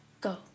go